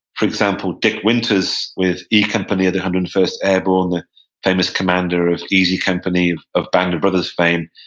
for example, dick winters with e company of the one hundred and first airborne, the famous commander of easy company of band of brothers fame,